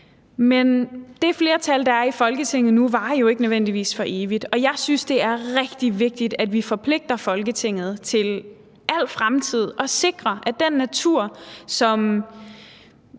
Men det flertal, der er i Folketinget nu, varer jo ikke nødvendigvis for evigt, og jeg synes, det er rigtig vigtigt, at vi forpligter Folketinget til i al fremtid at sikre, at den natur, som